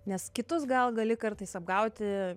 nes kitus gal gali kartais apgauti